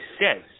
says